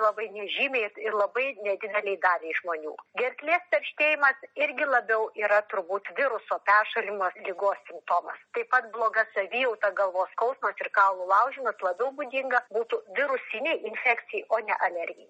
labai nežymiai ir labai nedidelei daliai žmonių gerklės perštėjimas irgi labiau yra turbūt viruso peršalimo ligos simptomas taip pat bloga savijauta galvos skausmas ir kaulų laužymas labiau būdinga būtų virusinei infekcijai o ne alergijai